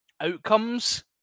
outcomes